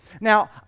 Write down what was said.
Now